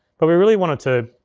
but we really wanted to,